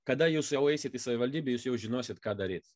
kada jūs jau eisit į savivaldybę jau žinosit ką daryt